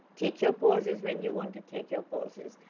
take your pauses when you want to take your pauses.